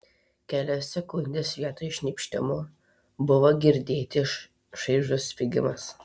kelias sekundes vietoj šnypštimo buvo girdėti šaižus spiegimas